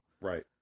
Right